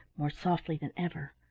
more softly than ever.